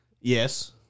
Yes